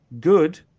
good